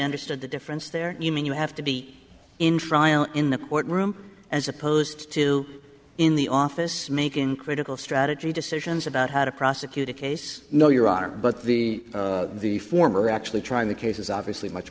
understood the difference there you mean you have to be in trial in the courtroom as opposed to in the office making critical strategy decisions about how to prosecute a case no your honor but the the former actually trying the case is obviously much